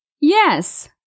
Yes